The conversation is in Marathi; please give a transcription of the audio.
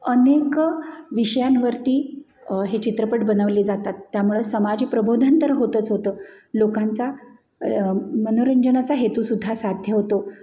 अनेक विषयांवरती हे चित्रपट बनवले जातात त्यामुळे समाज प्रबोधन तर होतंच होतं लोकांचा मनोरंजनाचा हेतू सुद्धा साध्य होतो